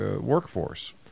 workforce